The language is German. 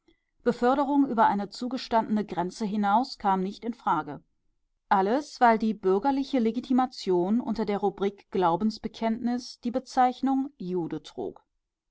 beförderung über eine zugestandene grenze hinaus kam nicht in frage alles weil die bürgerliche legitimation unter der rubrik glaubensbekenntnis die bezeichnung jude trug